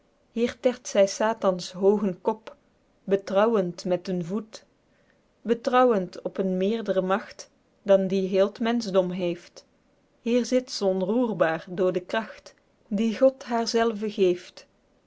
terdt zy satans hoogen kop betrouwend met den voet betrouwend op een meerder magt dan die heel t menschdom heeft hier zit ze onroerbaer door de kracht die god haer zelve